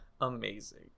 Amazing